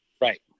right